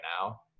now